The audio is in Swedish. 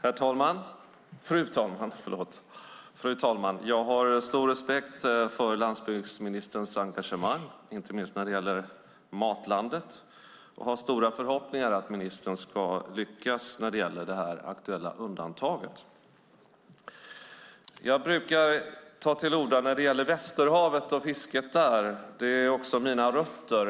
Fru talman! Jag har stor respekt för landsbygdsministerns engagemang, inte minst när det gäller Matlandet och har stora förhoppningar om att ministern ska lyckas när det gäller detta aktuella undantag. Jag brukar ta till orda när det gäller Västerhavet och fisket där. Jag har mina rötter där.